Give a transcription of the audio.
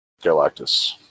Galactus